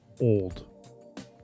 Old